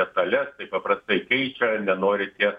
detales tai paprastai keičia nenori tie